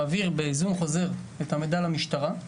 מעביר בהיזון חוזר את המידע למשטרה,